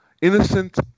Innocent